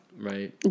Right